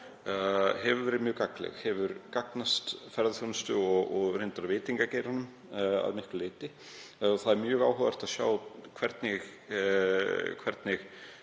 hefur verið mjög gagnleg, hefur gagnast ferðaþjónustunni og veitingageiranum að miklu leyti. Það er mjög áhugavert að sjá hvernig